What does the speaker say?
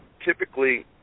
typically